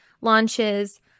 launches